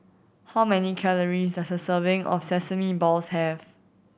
how many calories does a serving of sesame balls have